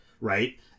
right